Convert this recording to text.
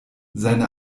seine